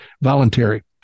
voluntary